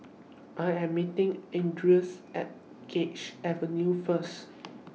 I Am meeting Andres At Ganges Avenue First